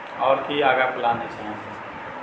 आउर की आगाँ प्लान अछि अहाँ